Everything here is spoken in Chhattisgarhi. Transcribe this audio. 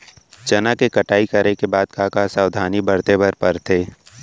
चना के कटाई करे के बाद का का सावधानी बरते बर परथे?